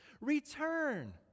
return